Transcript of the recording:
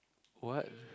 what